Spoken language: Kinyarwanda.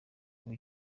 kuba